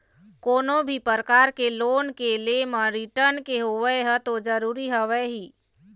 कोनो भी परकार के लोन के ले म रिर्टन के होवई ह तो जरुरी हवय ही